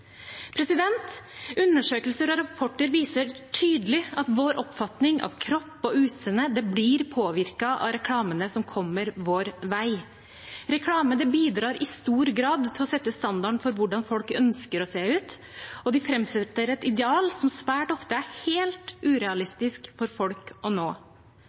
Undersøkelser og rapporter viser tydelig at vår oppfatning av kropp og utseende blir påvirket av reklamene som kommer vår vei. Reklame bidrar i stor grad til å sette standarden for hvordan folk ønsker å se ut, og de framsetter et ideal som svært ofte er helt urealistisk for folk å nå.